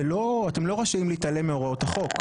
אתם לא רשאים להתעלם להוראות החוק,